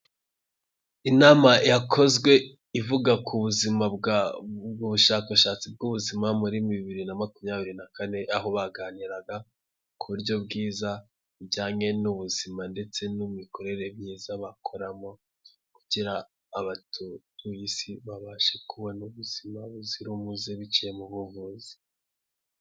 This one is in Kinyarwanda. Inama yakozwe ivuga ku bushakashatsi bw'ubuzima muri mi bibiri na makumyabiri na kane aho baganiraga ku buryo bwiza bujyanye n'ubuzima ndetse n'imikorere myiza bakoramo kugira abatuye Isi babashe kubona ubuzima buzira umuze biciye mu buvuzi.